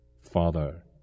Father